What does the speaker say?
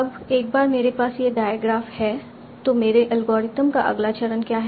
अब एक बार मेरे पास यह डायग्राफ है तो मेरे एल्गोरिथ्म का अगला चरण क्या है